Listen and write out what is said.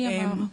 מי אמר?